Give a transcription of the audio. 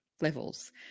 levels